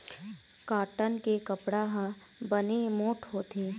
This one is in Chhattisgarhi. कॉटन के कपड़ा ह बने मोठ्ठ होथे